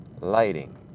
lighting